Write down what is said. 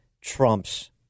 trumps